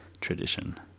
tradition